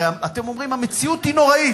הרי אתם אומרים: המציאות היא נוראית,